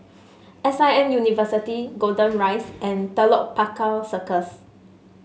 S I M University Golden Rise and Telok Paku Circus